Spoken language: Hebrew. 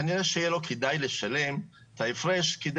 כנראה שיהיה לו כדאי לשלם את ההפרש כדי